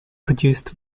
produced